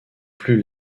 plus